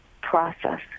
process